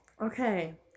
Okay